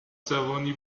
جوانی